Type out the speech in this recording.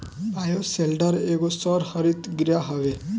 bioshelter एगो सौर हरितगृह हवे